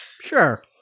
Sure